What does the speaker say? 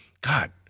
God